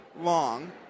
long